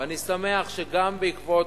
ואני שמח שגם בעקבות,